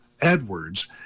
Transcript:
Edwards